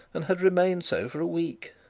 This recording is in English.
and had remained so for a week.